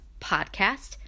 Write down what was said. podcast